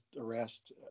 arrest